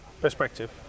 perspective